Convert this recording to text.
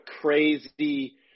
crazy